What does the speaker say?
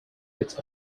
its